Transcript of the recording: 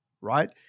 right